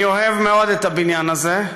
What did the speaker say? אני אוהב מאוד את הבניין הזה,